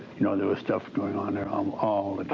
you know, there was stuff going on there um all